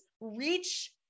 reach